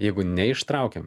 jeigu neištraukiam